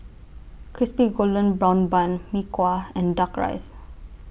Crispy Golden Brown Bun Mee Kuah and Duck Rice